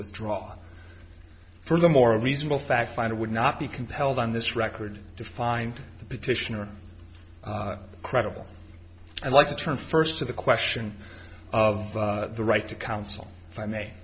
withdraw for the more reasonable fact finder would not be compelled on this record to find the petitioner credible and like to turn first to the question of the right to counsel if i may